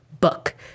book